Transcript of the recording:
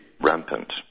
rampant